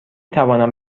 توانم